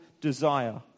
desire